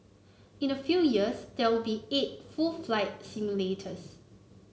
in a few years there will be eight full flight simulators